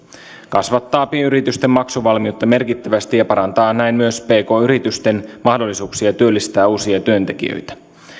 kasvattaa pienyritysten maksuvalmiutta merkittävästi ja parantaa näin myös pk yritysten mahdollisuuksia työllistää uusia työntekijöitä